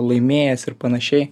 laimėjęs ir panašiai